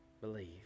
believe